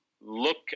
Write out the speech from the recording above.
look